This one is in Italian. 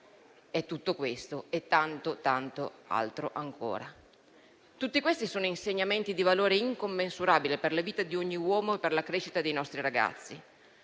È tutto questo e tanto altro ancora. Tutti questi sono insegnamenti di valore incommensurabile per la vita di ogni uomo e per la crescita dei nostri ragazzi.